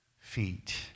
feet